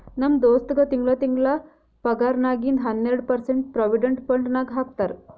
ನಮ್ ದೋಸ್ತಗ್ ತಿಂಗಳಾ ತಿಂಗಳಾ ಪಗಾರ್ನಾಗಿಂದ್ ಹನ್ನೆರ್ಡ ಪರ್ಸೆಂಟ್ ಪ್ರೊವಿಡೆಂಟ್ ಫಂಡ್ ನಾಗ್ ಹಾಕ್ತಾರ್